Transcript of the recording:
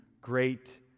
great